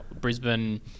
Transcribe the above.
Brisbane